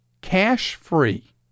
cash-free